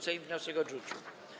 Sejm wniosek odrzucił.